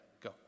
go